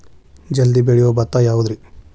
ಜಲ್ದಿ ಬೆಳಿಯೊ ಭತ್ತ ಯಾವುದ್ರೇ?